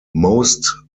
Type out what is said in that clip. most